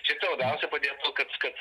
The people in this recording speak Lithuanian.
šiaip tai labiausia padėtų kad kad